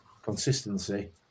consistency